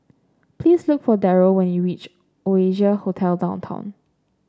please look for Darryle when you reach Oasia Hotel Downtown